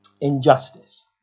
injustice